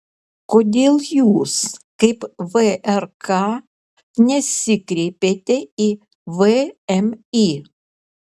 kodėl jūs kaip vrk nesikreipėte į vmi